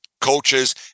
coaches